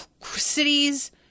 cities